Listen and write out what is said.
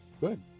good